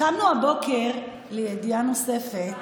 קמנו הבוקר לידיעה נוספת